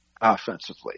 offensively